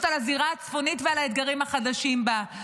על הזירה הצפונית ועל האתגרים החדשים בה,